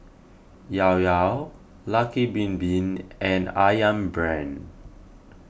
Llao Llao Lucky Bin Bin and Ayam Brand